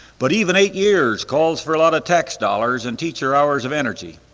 but even eight years calls for a lot of tax dollars and teacher hours of energy.